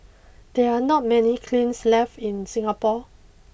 there are not many kilns left in Singapore